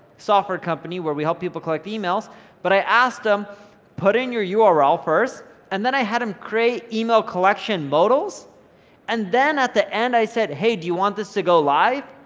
software company where we help people collect emails but i asked them put in your url ah first and then i had them create email collection modal's and then at the end i said hey, do you want this to go live,